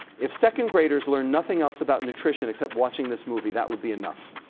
if second-graders learn nothing else about nutrition except watching this movie, that would be enough.